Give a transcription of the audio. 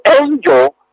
angel